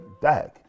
Dag